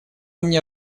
мне